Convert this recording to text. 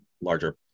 larger